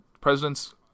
president's